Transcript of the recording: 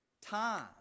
time